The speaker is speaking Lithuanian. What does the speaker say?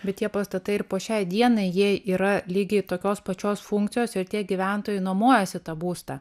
bet tie pastatai ir po šiai dienai jie yra lygiai tokios pačios funkcijos ir tie gyventojai nuomojasi tą būstą